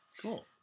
cool